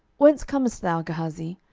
whence comest thou, gehazi?